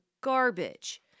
garbage